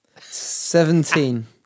Seventeen